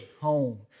home